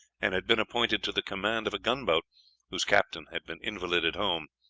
and had been appointed to the command of a gunboat whose captain had been invalided home.